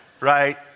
right